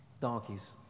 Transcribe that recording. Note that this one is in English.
Donkeys